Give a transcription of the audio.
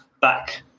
back